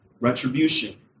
retribution